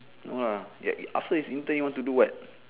no lah yet he after his intern he want to do what